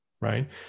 right